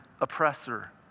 oppressor